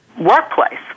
workplace